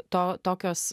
to tokios